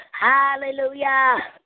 Hallelujah